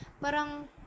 Parang